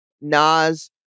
Nas